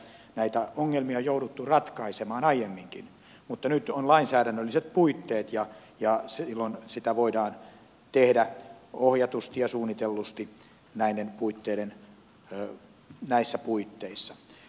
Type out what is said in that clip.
poliisitoiminnassakin näitä ongelmia on jouduttu ratkaisemaan aiemminkin mutta nyt on lainsäädännölliset puitteet ja silloin sitä voidaan tehdä ohjatusti ja suunnitellusti näissä puitteissa